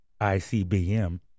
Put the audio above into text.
ICBM